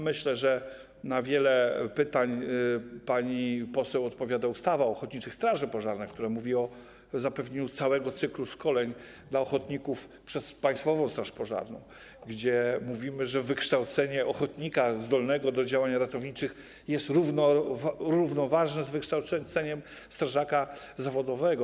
Myślę, że na wiele pytań pani poseł odpowiada ustawa o ochotniczych strażach pożarnych, która mówi o zapewnieniu całego cyklu szkoleń dla ochotników przez Państwową Straż Pożarną, gdzie mówimy, że wykształcenie ochotnika zdolnego do działań ratowniczych jest równoważne z wykształceniem strażaka zawodowego.